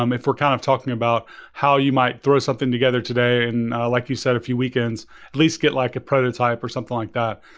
um if we're kind of talking about how you might throw something together today and like you said a few weekends, at least get like a prototype or something like that.